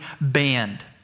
banned